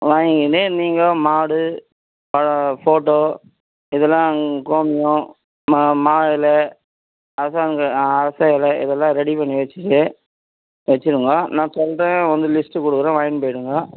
வாங்கினு நீங்கள் மாடு ஃப் ஃபோட்டோ இதெல்லாம் கோமியம் மா மா இலை அரசாங்க அரச இலை இதெல்லாம் ரெடி பண்ணி வைச்சுட்டு வைச்சுருங்கோ நான் சொல்கிறேன் வந்து லிஸ்ட்டு கொடுக்குறேன் வாங்கினு போயிடுங்கோ